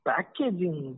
Packaging